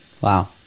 Wow